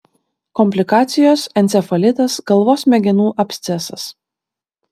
komplikacijos encefalitas galvos smegenų abscesas